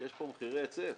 שיש פה מחירי היצף.